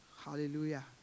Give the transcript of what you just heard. Hallelujah